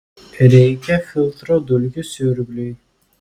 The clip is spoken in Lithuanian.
reikia filtro dulkių siurbliui